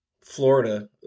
Florida